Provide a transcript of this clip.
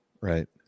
Right